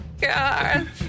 God